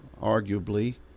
arguably